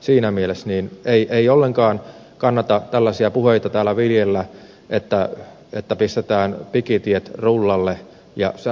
siinä mielessä ei ollenkaan kannata tällaisia puheita täällä viljellä että pistetään pikitiet rullalle ja soralle